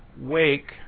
wake